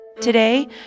Today